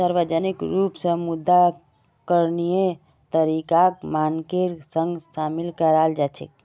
सार्वजनिक रूप स मुद्रा करणीय तरीकाक मानकेर संग शामिल कराल जा छेक